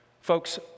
Folks